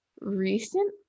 recent